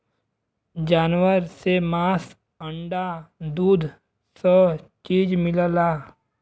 जानवर से मांस अंडा दूध स चीज मिलला